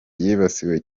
yibasiwe